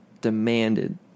demanded